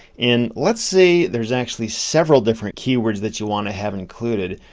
and let's say there's actually several different keywords that you want to have included,